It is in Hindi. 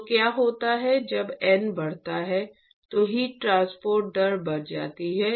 तो क्या होता है जब n बढ़ता है तो हीट ट्रांसपोर्ट दर बढ़ जाती है